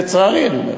לצערי אני אומר,